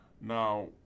Now